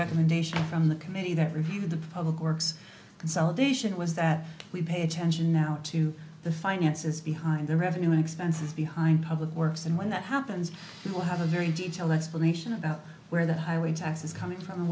recommendation from the committee that reviewed the public works consolidation was that we pay attention now to the finances behind the revenue expenses behind public works and when that happens we will have a very detailed explanation about where the highway tax is coming from and